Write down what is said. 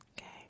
Okay